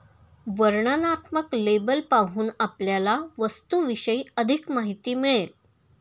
वर्णनात्मक लेबल पाहून आपल्याला वस्तूविषयी अधिक माहिती मिळेल